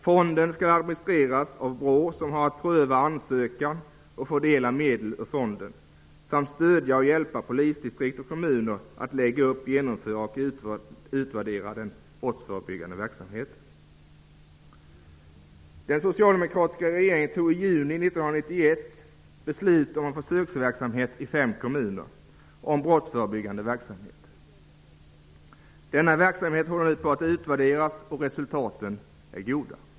Fonden skall administreras av BRÅ, som har att pröva ansökan och fördela medel ur fonden samt stödja och hjälpa polisdistrikt och kommuner att lägga upp, genomföra och utvärdera den brottsförebyggande verksamheten. 1991 beslut om att en försöksverksamhet avseende brottsförebyggande verksamhet skulle ske i fem kommuner. Denna verksamhet håller nu på att utvärderas, och resultaten är goda.